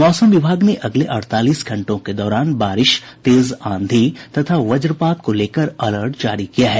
मौसम विभाग ने अगले अड़तालीस घंटों के दौरान बारिश तेज आंधी तथा वज्रपात को लेकर अलर्ट जारी किया है